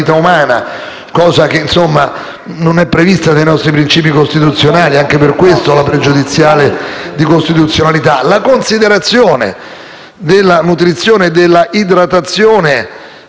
alla considerazione della nutrizione e dell'idratazione